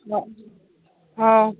ꯑꯥ ꯑꯧ